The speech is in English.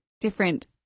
different